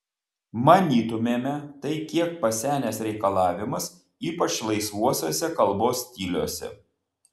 manytumėme tai kiek pasenęs reikalavimas ypač laisvuosiuose kalbos stiliuose